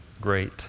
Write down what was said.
great